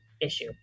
issue